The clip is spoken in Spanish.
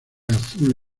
azul